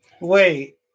Wait